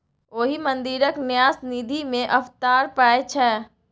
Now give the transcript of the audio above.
ओहि मंदिरक न्यास निधिमे अफरात पाय छै